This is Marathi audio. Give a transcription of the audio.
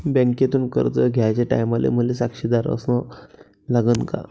बँकेतून कर्ज घ्याचे टायमाले मले साक्षीदार अन लागन का?